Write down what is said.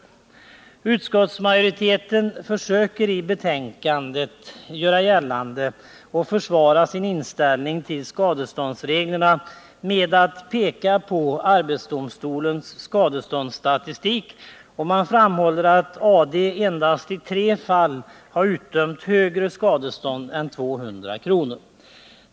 105 Utskottsmajoriteten försöker i betänkandet att försvara sin inställning till skadeståndsreglerna med att peka på arbetsdomstolens skadeståndsstatistik. Man framhåller att AD endast i tre fall utdömt högre skadestånd än 200 kr.